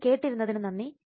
ഇത് കേട്ട് ഇരുന്നതിന് നന്ദി